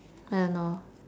I don't know